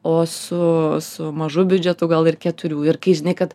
o su su mažu biudžetu gal ir keturių ir kai žinai kad